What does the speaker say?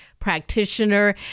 practitioner